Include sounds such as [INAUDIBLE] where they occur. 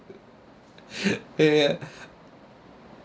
[LAUGHS] ya ya